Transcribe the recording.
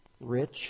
rich